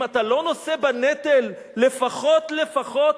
אם אתה לא נושא בנטל, לפחות, לפחות,